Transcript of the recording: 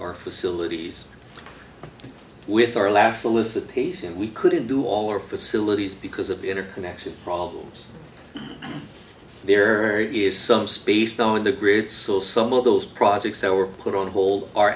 our facilities with our last alysa pace and we couldn't do all our facilities because of the inner connection problems there is some space on the grid so some of those projects they were put on hold are